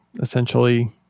essentially